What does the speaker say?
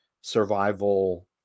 survival